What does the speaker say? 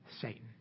Satan